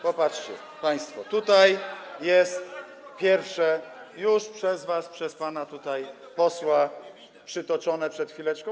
Popatrzcie państwo, tutaj jest pierwsze, już przez was, przez pana posła przytoczone przed chwileczką.